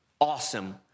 awesome